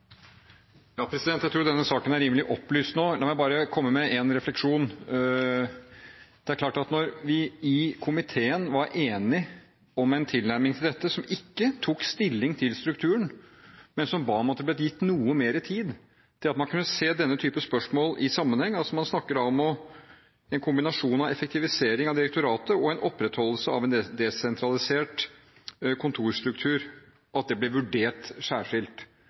Jeg tror denne saken er rimelig opplyst nå. La meg bare komme med én refleksjon. Vi i komiteen var enige om en tilnærming til dette som ikke tok stilling til strukturen, men vi ba om at det ble gitt noe mer tid til at man kunne se denne type spørsmål i sammenheng. Man snakker om at en kombinasjon av effektivisering av direktoratet og en opprettholdelse av en desentralisert kontorstruktur blir vurdert særskilt – ikke et veldig radikalt spørsmål. Flertallet var enig om det, og det påkaller jo da interesse at